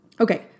Okay